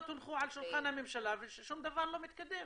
הונחו על שולחן הממשלה ושום דבר לא מתקדם.